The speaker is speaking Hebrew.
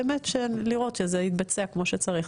באמת לראות שזה יתבצע כמו שצריך,